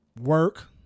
Work